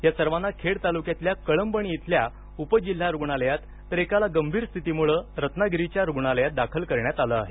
त्या सर्वांना खेड तालुक्यातल्या कळंबणी इथल्या उपजिल्हा रुग्णालयात तर एकाला गंभीर स्थितीमुळे रत्नागिरीच्या रुग्णालयात दाखल करण्यात आलं आहे